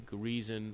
reason